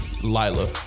Lila